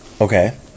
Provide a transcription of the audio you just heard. Okay